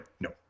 no